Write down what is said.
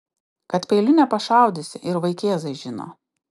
kad peiliu nepašaudysi ir vaikėzai žino